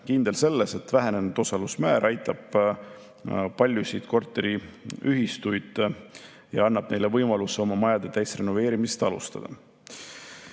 kindlad selles, et vähenenud osalusmäär aitab paljusid korteriühistuid ja annab neile võimaluse oma maja täisrenoveerimist alustada.